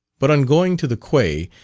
but on going to the quay,